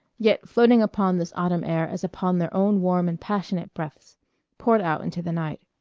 yet floating upon this autumn air as upon their own warm and passionate breaths poured out into the night.